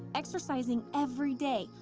exercising every day,